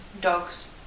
dogs